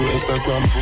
Instagram